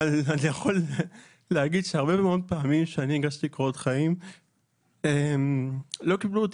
אני יכול להגיד שהרבה פעמים כשהגשתי קורות חיים לא קיבלו אותי.